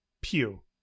Pew